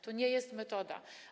To nie jest metoda.